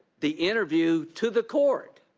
the interview to the court.